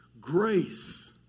grace